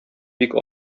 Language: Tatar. бик